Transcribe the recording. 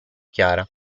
chiara